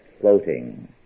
floating